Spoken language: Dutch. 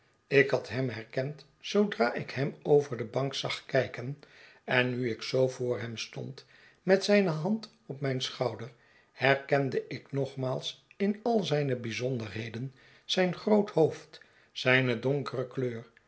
ik had hem herkend zoodra ik hem over de bank zag kijken en nu ik zoo voor hem stond met zijne hand op mijn schouder herkende iknogmaals in al zijne bijzonderheden zijn groot hoofd zijne donkere kleur